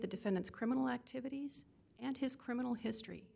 the defendant's criminal activities and his criminal history